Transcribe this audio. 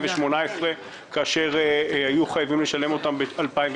כאשר היו חייבים לשלם אותם ב-2019.